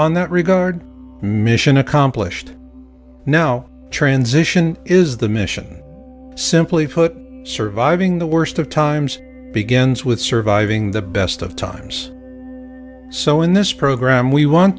on that regard mission accomplished now transition is the mission simply put surviving the worst of times begins with surviving the best of times so in this program we want